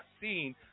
seen